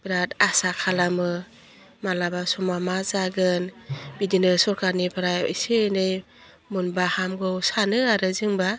बिराद आसा खालामो मालाबा समाव मा जागोन बिदिनो सरकारनिफ्राय एसे एनै मोनबा हामगौ सानो आरो जोंबा